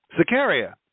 sicaria